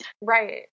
Right